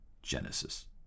Genesis